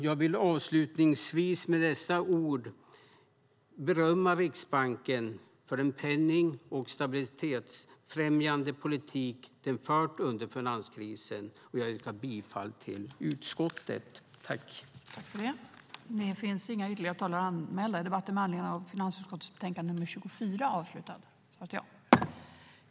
Jag vill avslutningsvis med dessa ord berömma Riksbanken för den penning och stabilitetsfrämjande politik som den har fört under finanskrisen. Jag yrkar bifall till utskottets förslag.